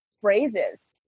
phrases